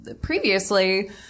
previously